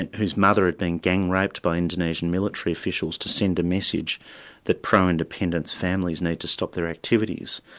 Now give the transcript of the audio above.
and whose mother had been gang raped by indonesian military officials to send a message that pro-independence families need to stop their activities.